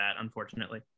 unfortunately